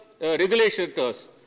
regulators